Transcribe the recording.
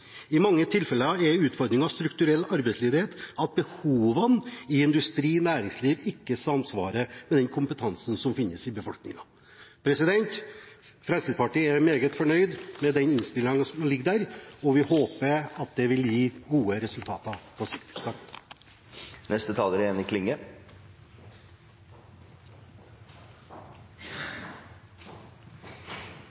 I mange tilfeller er utfordringen strukturell arbeidsledighet, at behovene i industri og næringsliv ikke samsvarer med den kompetansen som finnes i befolkningen. Fremskrittspartiet er meget fornøyd med den innstillingen som foreligger, og vi håper at det vil gi gode resultater på